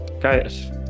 Guys